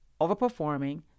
overperforming